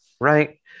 right